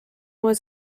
was